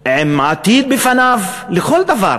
עם עתיד לפניו בכל דבר,